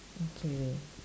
okay